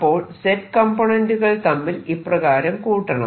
അപ്പോൾ Z കംപോണേന്റുകൾ തമ്മിൽ ഇപ്രകാരം കൂട്ടണം